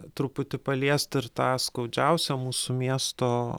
truputį paliest ir tą skaudžiausią mūsų miesto